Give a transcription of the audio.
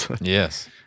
Yes